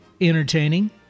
Entertaining